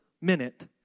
minute